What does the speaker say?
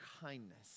kindness